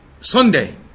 Sunday